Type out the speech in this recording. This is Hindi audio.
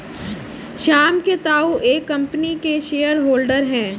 श्याम के ताऊ एक कम्पनी के शेयर होल्डर हैं